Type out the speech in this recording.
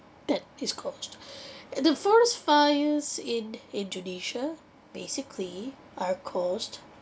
that is caused and the forest fires in indonesia basically are caused